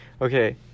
okay